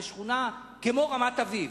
בשכונה כמו רמת-אביב,